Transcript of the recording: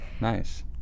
nice